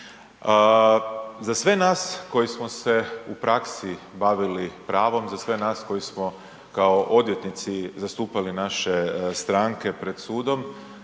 za sve nas koji smo se u praksi bavili pravom, za sve nas koji smo kao odvjetnici zastupali naše stranke pred sudom,